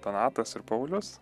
donatas ir paulius